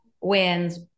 wins